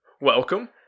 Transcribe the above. welcome